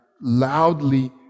loudly